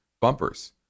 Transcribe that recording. bumpers